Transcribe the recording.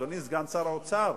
אדוני סגן שר האוצר,